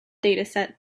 dataset